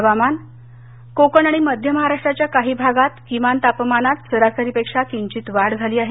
हवामान नगरनाशिक कोकण आणि मध्य महाराष्ट्राच्या काही भागात किमान तापमानात सरासरीपेक्षा किंचित वाढ झाली आहे